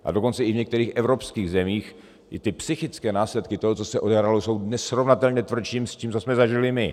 A dokonce i v některých evropských zemích i ty psychické následky toho, co se odehrálo, jsou nesrovnatelně tvrdší s tím, co jsme zažili my.